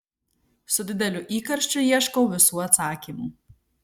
su dideliu įkarščiu ieškau visų atsakymų